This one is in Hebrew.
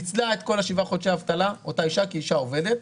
ניצלה את כל שבעת חודשי האבטלה אותה אישה כי היא אישה עובדת,